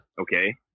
Okay